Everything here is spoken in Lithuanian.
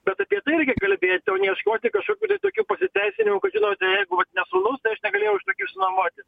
bet apie tai irgi kalbėt o ne ieškoti kažkokių tai tokių pasiteisinimų kad žinote jeigu vat ne sūnus tai aš negalėjau iš tikrųjų išsinuomoti